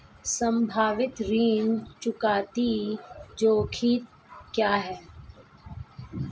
संभावित ऋण चुकौती जोखिम क्या हैं?